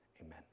Amen